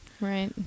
Right